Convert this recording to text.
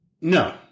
No